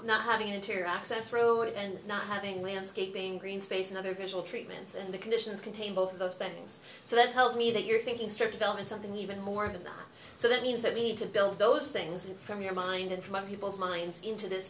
not having interior access road and not having landscaping green space and other gradual treatments and the conditions contain both of those things so that tells me that you're thinking start developing something even more than that so that means that we need to build those things from your mind and from other people's minds into this